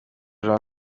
jean